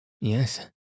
Yes